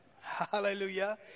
Hallelujah